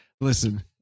Listen